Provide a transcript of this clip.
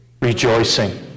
Rejoicing